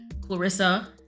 Clarissa